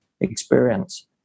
experience